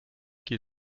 qu’il